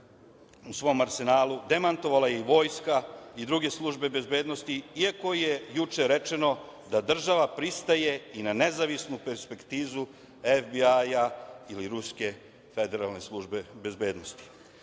u svom arsenalu, demantovala je i Vojska i druge službe bezbednosti, iako je juče rečeno da država pristaje i na nezavisnu ekspertizu FBI ili Ruske federalne službe bezbednosti. Usledila